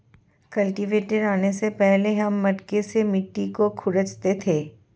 cultivator आने से पहले हम मटके से मिट्टी को खुरंचते थे